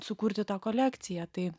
sukurti tą kolekciją tai